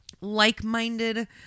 like-minded